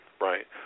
right